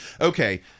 okay